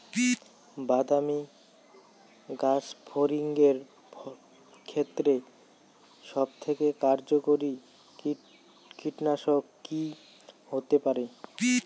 বাদামী গাছফড়িঙের ক্ষেত্রে সবথেকে কার্যকরী কীটনাশক কি হতে পারে?